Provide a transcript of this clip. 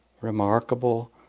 remarkable